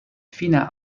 fina